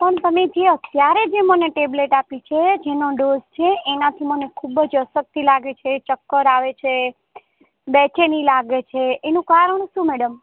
પણ તમે જે અત્યારે મને જે ટેબ્લેટ આપી છે જેનો ડોઝ છે એનાથી મને ખૂબ જ અશક્તિ લાગે છે ચક્કર આવે છે બેચેની લાગે છે એનું કારણ શું મૅડમ